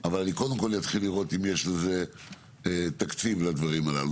אבל אני קודם כל אתחיל לראות אם יש תקציב לדברים הללו.